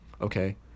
okay